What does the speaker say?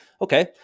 Okay